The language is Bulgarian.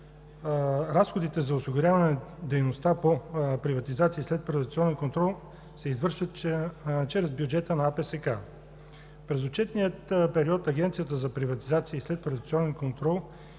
разходите за осигуряване на дейността по приватизация и следприватизационен контрол се извършват чрез бюджета на АПСК. През отчетния период Агенцията за приватизация и следприватизационен контрол